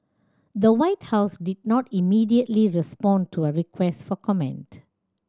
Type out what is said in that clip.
the White House did not immediately respond to a request for comment